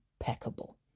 impeccable